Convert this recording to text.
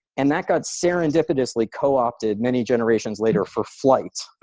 and that got serendipitously co-opted many generations later for flight.